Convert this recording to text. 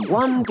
one